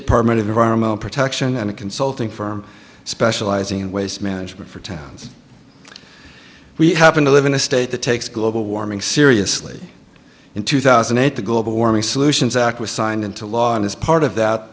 department of environmental protection and a consulting firm specializing in waste management for towns we happen to live in a state that takes global warming seriously in two thousand and eight the global warming solutions act was signed into law as part of that